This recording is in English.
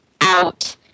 out